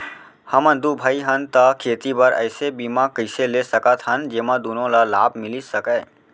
हमन दू भाई हन ता खेती बर ऐसे बीमा कइसे ले सकत हन जेमा दूनो ला लाभ मिलिस सकए?